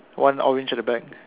one orange at the back